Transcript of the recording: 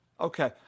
Okay